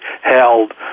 held